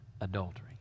adultery